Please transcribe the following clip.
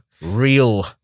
Real